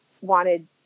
wanted